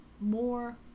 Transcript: more